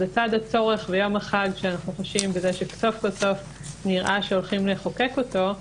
לצד הצורך ביום החג שסוף-סוף נראה שהולכים לחוקק אותו,